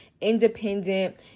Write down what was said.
independent